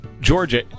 Georgia